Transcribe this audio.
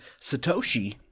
Satoshi